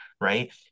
right